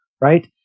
right